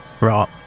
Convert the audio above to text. Right